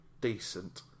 decent